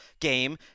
game